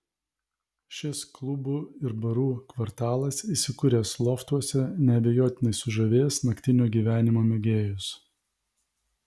šis klubų ir barų kvartalas įsikūręs loftuose neabejotinai sužavės naktinio gyvenimo mėgėjus